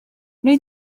wnei